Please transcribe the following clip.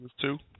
two